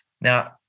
Now